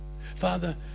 Father